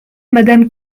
madame